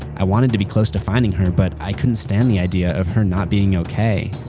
i wanted to be close to finding her but i couldn't stand the idea of her not being ok.